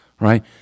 right